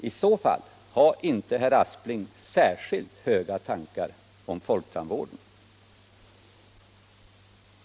I så fall har inte herr Aspling särskilt höga tankar om folktandvården.